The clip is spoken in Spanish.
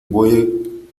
voy